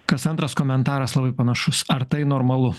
kas antras komentaras labai panašus ar tai normalu